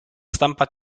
stampa